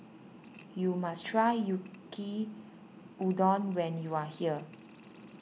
you must try Yaki Udon when you are here